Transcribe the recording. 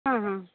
ಹಾಂ ಹಾಂ